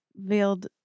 Veiled